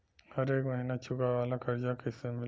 हरेक महिना चुकावे वाला कर्जा कैसे मिली?